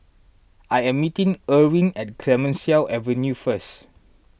I am meeting Irwin at Clemenceau Avenue first